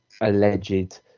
alleged